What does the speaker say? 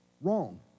Wrong